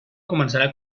començarà